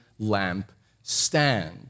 lampstand